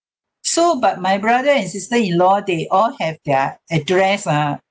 so but my brother and sister in law they all have their address ah